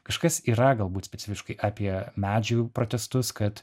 kažkas yra galbūt specifiškai apie medžių protestus kad